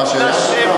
והשאלה השנייה,